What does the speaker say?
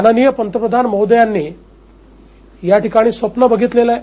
माननीय पंतप्रधान महोदयांनी याठिकाणी स्वप्न बघितलेलं आहे